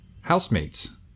housemates